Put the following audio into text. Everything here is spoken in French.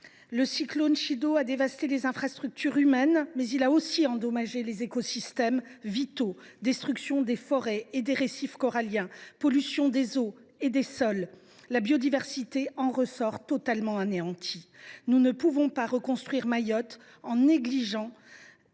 Le cyclone Chido a dévasté les infrastructures humaines, mais il a aussi endommagé des écosystèmes vitaux : de la destruction des forêts et des récifs coralliens à la pollution des eaux et des sols, la biodiversité en ressort totalement anéantie. Nous ne pouvons pas reconstruire Mayotte en négligeant